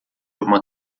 uma